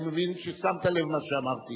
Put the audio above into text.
אני מבין ששמת לב למה שאמרתי